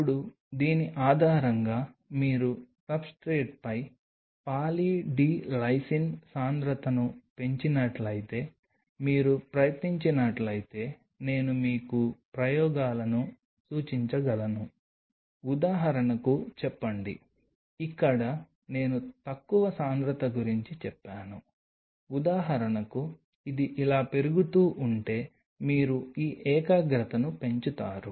ఇప్పుడు దీని ఆధారంగా మీరు సబ్స్ట్రేట్పై పాలీ డి లైసిన్ సాంద్రతను పెంచినట్లయితే మీరు ప్రయత్నించినట్లయితే నేను మీకు ప్రయోగాలను సూచించగలను ఉదాహరణకు చెప్పండి ఇక్కడ నేను తక్కువ సాంద్రత గురించి చెప్పాను ఉదాహరణకు ఇది ఇలా పెరుగుతూ ఉంటే మీరు ఈ ఏకాగ్రతను పెంచుతారు